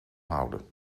houden